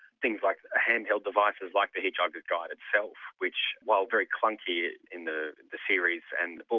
things like hand-held devices like the hitchhiker's guide itself, which while very clunky in the the series and the